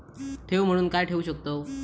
ठेव म्हणून काय ठेवू शकताव?